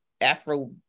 Afro